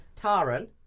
Taran